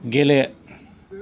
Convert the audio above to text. गेले